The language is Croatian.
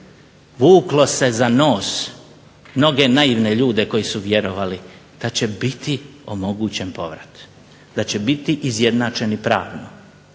vuklo se za nos mnoge naivne ljude koji su vjerovali da će biti omogućen povrat, da će biti izjednačeni pravno,